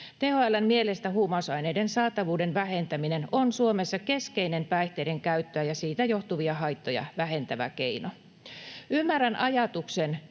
THL:n mielestä huumausaineiden saatavuuden vähentäminen on Suomessa keskeinen päihteidenkäyttöä ja siitä johtuvia haittoja vähentävä keino. Ymmärrän ajatuksen